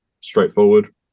straightforward